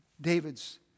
David's